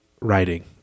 writing